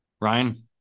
Ryan